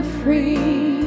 free